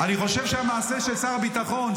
אני חושב שהמעשה של שר הביטחון,